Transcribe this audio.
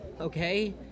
okay